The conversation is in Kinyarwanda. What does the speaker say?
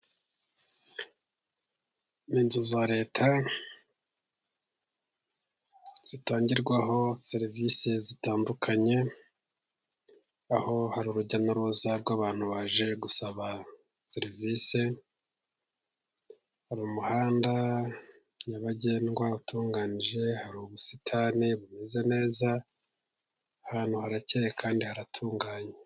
Inzu za Leta zitangirwaho serivisi zitandukanye aho hari urujya n'uruza rw'abantu baje gusaba serivise, hari umuhanda nyabagendwa utunganyije hari ubusitani bumeze neza aha hantu harakeye kandi haratunganye.